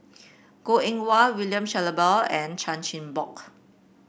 Goh Eng Wah William Shellabear and Chan Chin Bock